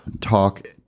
talk